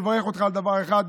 לברך אותך על דבר אחד,